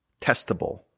testable